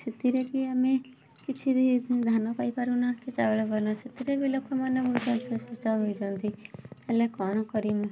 ସେଥିରେ ବି ଆମେ କିଛି ବି ଧାନ ପାଇପାରୁନା କି ଚାଉଳ ପାଉନା ସେଥିରେ ବି ଲୋକମାନେ ବହୁତ ହେଲେ କ'ଣ କରିମୁ